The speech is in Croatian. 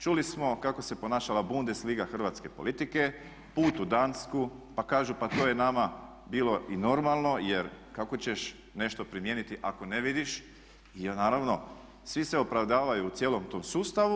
Čuli smo kako se ponašala Bundesliga hrvatske politike, put u Dansku pa kažu pa to je nama bilo i normalno jer kako ćeš nešto primijeniti ako ne vidiš i naravno svi se opravdavaju u cijelom tom sustavu.